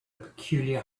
peculiar